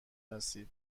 هستید